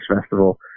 Festival